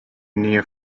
near